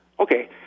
Okay